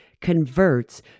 converts